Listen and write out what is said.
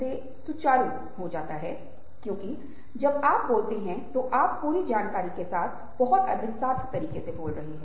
यह शायद सभ्यता के साथ ही है और सभ्यता की जटिलता के साथ सहानुभूति कम मजबूत हो गई है कमजोर हो गई है